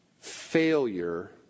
Failure